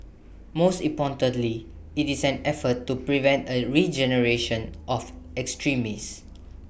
most importantly IT is an effort to prevent A regeneration of extremists